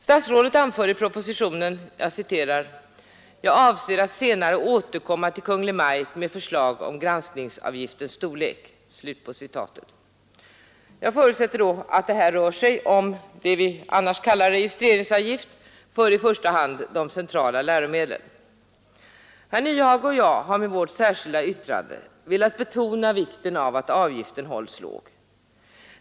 Statsrådet anför i propositionen: ”Jag avser att senare återkomma till Kungl. Maj:t med förslag om granskningsavgiftens storlek.” Jag förutsät ter då att det här rör sig om det vi annars kallar registreringsavgift för i första hand de centrala läromedlen. Herr Nyhage och jag har med vårt särskilda yttrande velat betona vikten av att avgiften hålls låg.